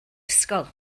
ysgol